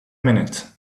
minute